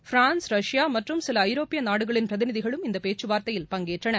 France Russia மற்றும் சில ஐரோப்பிய நாடுகளின் பிரதிநிதிகளும் இந்த பேச்சுவார்த்தையில் பங்கேற்றன